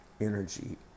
energy